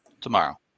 tomorrow